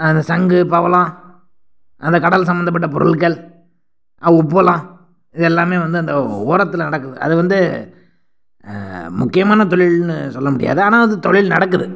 அந்த சங்கு பவளம் அந்த கடல் சம்மந்தப்பட்ட பொருட்கள் உப்பளம் இதெல்லாமே வந்து அந்த ஓரத்தில் நடக்குது அதை வந்து முக்கியமான தொழில்ன்னு சொல்ல முடியாது ஆனால் வந்து தொழில் நடக்குது